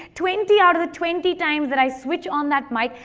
twenty out of the twenty times that i switch on that mic,